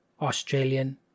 Australian